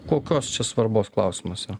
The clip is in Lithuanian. kokios čia svarbos klausimas yra